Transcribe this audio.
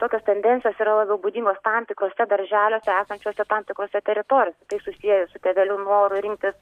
tokios tendencijos yra labiau būdingos tam tikrose darželiuose esančiose tam tikrose teritorijose tai susieja su tėvelių noru rinktis